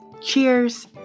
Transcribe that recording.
Cheers